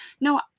no